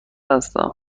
هستم